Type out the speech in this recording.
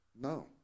No